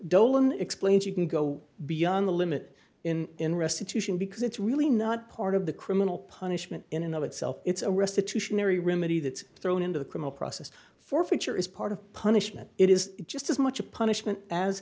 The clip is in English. dolan explains you can go beyond the limit in restitution because it's really not part of the criminal punishment in the itself it's a restitution a remedy that's thrown into the criminal process forfeiture is part of punishment it is just as much a punishment as